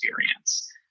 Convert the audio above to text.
experience